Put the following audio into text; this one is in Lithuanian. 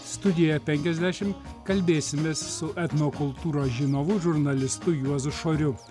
studija penkiasdešimt kalbėsimės su etnokultūros žinovu žurnalistu juozu šoriu